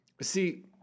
See